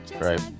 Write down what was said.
Right